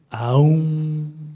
Aum